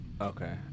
Okay